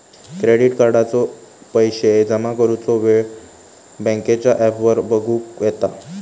credit कार्डाचो पैशे जमा करुचो येळ बँकेच्या ॲपवर बगुक येता